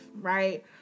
right